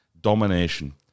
Domination